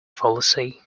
fallacy